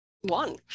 One